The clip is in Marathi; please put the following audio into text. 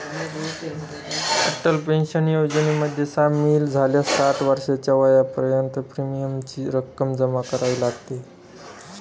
अटल पेन्शन योजनेमध्ये सामील झाल्यास साठ वर्षाच्या वयापर्यंत प्रीमियमची रक्कम जमा करावी लागते